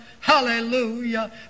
hallelujah